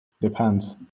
Depends